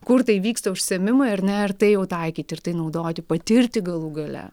kur tai vyksta užsiėmimai ar ne ir tai jau taikyti ir tai naudoti patirti galų gale